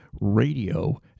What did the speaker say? radio